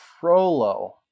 Frollo